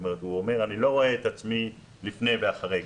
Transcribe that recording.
הוא אומר אני לא רואה את עצמי לפני ואחרי,